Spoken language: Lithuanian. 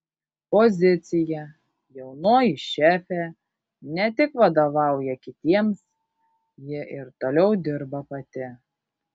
pozicija jaunoji šefė ne tik vadovauja kitiems ji ir toliau dirba pati